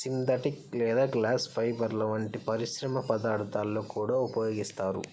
synthetic లేదా glass ఫైబర్ల వంటి మిశ్రమ పదార్థాలలో కూడా ఉపయోగిస్తారు